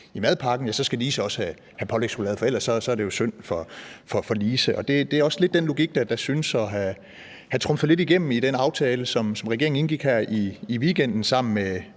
i madpakken, så skal Lise også have pålægschokolade, for ellers er det jo synd for Lise. Det er også lidt den logik, der synes at have trumfet lidt igennem i den aftale, som regeringen indgik her i weekenden sammen med